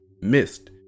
missed